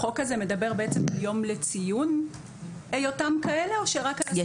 החוק הזה מדבר בעצם על יום לציון היותם כאלה או שרק על הסדרה ---?